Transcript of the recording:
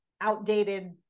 outdated